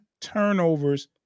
turnovers